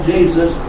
Jesus